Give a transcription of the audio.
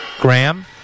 Graham